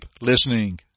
listening